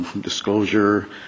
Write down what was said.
disclosure